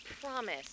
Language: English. promise